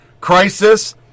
crisis